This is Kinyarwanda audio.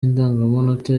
indangamanota